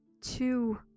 two